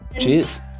Cheers